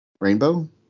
rainbow